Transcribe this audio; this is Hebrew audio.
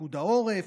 לפיקוד העורף,